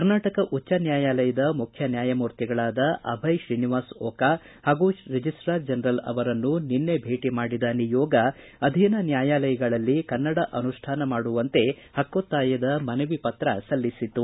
ಕರ್ನಾಟಕ ಉಜ್ವ ನ್ಯಾಯಾಲಯದ ಮುಖ್ಯ ನ್ಯಾಯಮೂರ್ತಿಗಳಾದ ಅಭಯ್ ಶ್ರೀನಿವಾಸ ಒಕಾ ಹಾಗೂ ರಿಜಿಸ್ವಾರ್ ಜನರಲ್ ಅವರನ್ನು ನಿನ್ನೆ ಭೇಟಿ ಮಾಡಿದ ನಿಯೋಗ ಅಧೀನ ನ್ಯಾಯಾಲಯಗಳಲ್ಲಿ ಕನ್ನಡ ಅನುಷ್ಠಾನ ಮಾಡುವಂತೆ ಹ್ಕೊತ್ತಾಯದ ಮನವಿ ಪತ್ರ ಸಲ್ಲಿಸಿತು